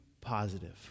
positive